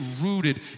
rooted